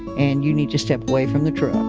and you need to step away from the truck. um